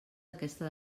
aquesta